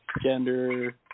gender